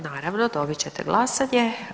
Naravno dobit ćete glasanje.